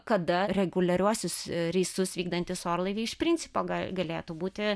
kada reguliariuosius reisus vykdantys orlaiviai iš principo galėtų būti